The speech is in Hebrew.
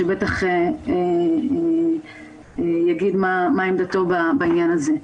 שבטח יגיד מה עמדתו בעניין הזה.